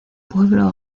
pueblo